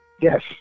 Yes